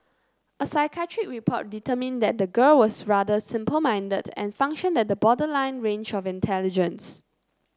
a psychiatric report determined that the girl was rather simple minded and functioned at the borderline range of intelligence